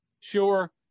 Sure